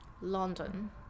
London